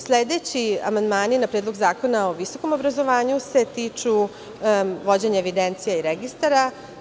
Sledeći amandmani na Predlog zakona o visokom obrazovanju se tiču vođenja evidencije i registara.